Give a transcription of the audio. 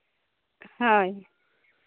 ᱦᱳᱭ